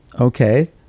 okay